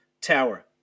Tower